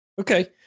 Okay